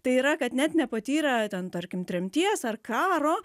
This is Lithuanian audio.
tai yra kad net nepatyrę ten tarkim tremties ar karo